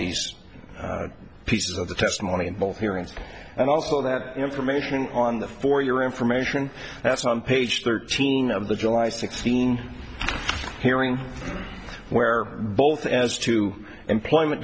these pieces of the testimony in both hearings and also that information on the for your information that's on page thirteen of the july sixteenth hearing where both as to employment